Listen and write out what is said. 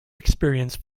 experience